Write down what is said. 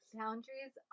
boundaries